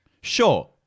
Sure